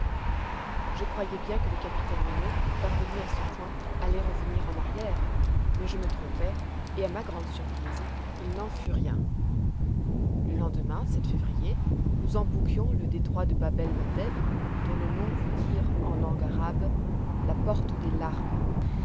je croyais bien que le capitaine nemo parvenu à ce point allait revenir en arrière mais je me trompais et à ma grande surprise il n'en fut rien le lendemain février nous embouquions le détroit de babel mandeb dont le nom veut dire en langue arabe la porte des larmes